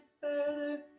further